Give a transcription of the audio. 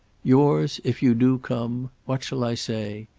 yours if you do come what shall i say?